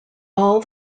all